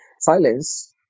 Silence